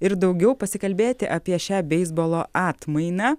ir daugiau pasikalbėti apie šią beisbolo atmainą